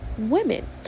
women